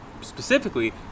Specifically